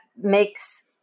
makes